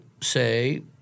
say